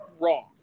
wrong